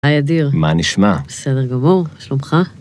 היי אדיר, מה נשמע? בסדר גמור, שלומך